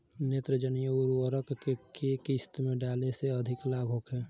नेत्रजनीय उर्वरक के केय किस्त में डाले से अधिक लाभ होखे?